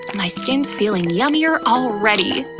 my skin's feeling yummier already!